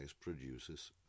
produces